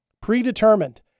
Predetermined